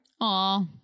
Aw